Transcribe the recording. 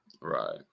Right